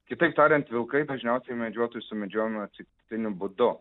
kitaip tariant vilkai dažniausiai medžiotojų sumedžiojami atsitiktiniu būdu